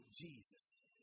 Jesus